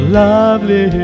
lovely